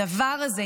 הדבר הזה,